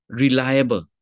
reliable